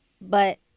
But-